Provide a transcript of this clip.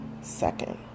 second